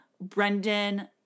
Brendan